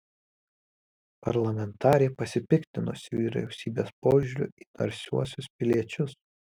parlamentarė pasipiktinusi vyriausybės požiūriu į narsiuosius piliečius